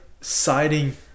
siding